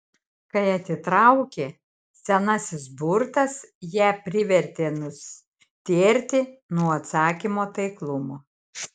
kai atitraukė senasis burtas ją privertė nustėrti nuo atsakymo taiklumo